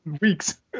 weeks